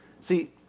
See